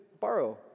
borrow